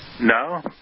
No